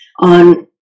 on